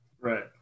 right